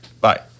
Bye